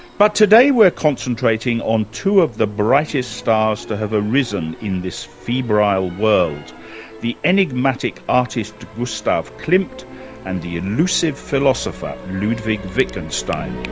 but today we're concentrating on two of the brightest stars to have arisen in this febrile world the enigmatic artist gustav klimt and the elusive philosopher ludwig wittgenstein.